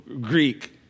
Greek